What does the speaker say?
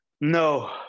No